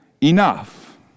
enough